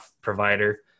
provider